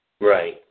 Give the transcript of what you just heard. Right